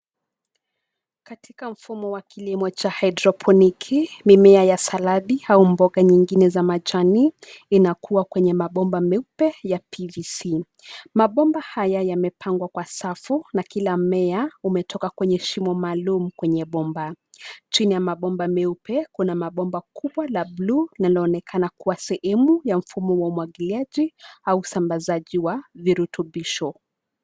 Katika mfumo wa kilimo cha haidroponiki, mimea ya saladi au mboga nyingine za majani, inakuwa kwenye mabomba meupe, ya PVC. Mabomba haya yamepangwa kwa safu, na kila mmea umetoka kwenye shimo maalum kwenye bomba. Chini ya mabomba meupe, kuna mabomba kubwa la bluu, linaloonekana kuwa sehemu ya mfumo wa umwagiliaji, au usambazaji wa virutubisho.